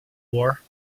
war